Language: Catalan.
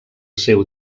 seu